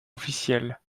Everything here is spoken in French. officiel